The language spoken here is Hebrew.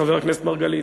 חבר הכנסת מרגלית,